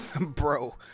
Bro